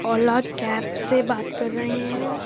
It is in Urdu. اولا کیب سے بات کر رہے ہیں